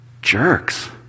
jerks